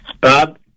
Bob